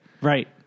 Right